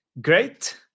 great